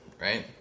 right